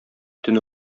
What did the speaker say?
төн